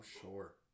sure